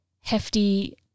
hefty